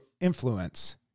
influence